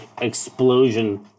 explosion